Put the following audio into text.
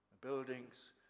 buildings